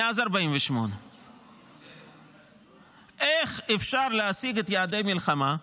מאז 48'. איך אפשר להשיג את יעדי המלחמה,